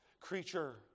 creature